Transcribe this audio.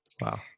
Wow